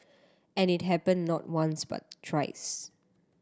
and it happened not once but thrice